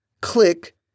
Click